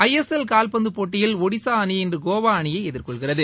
ஐ S L கால்பந்து போட்டியில் ஒடிஸா அணி இன்று கோவா அணியை எதி்கொள்கிறது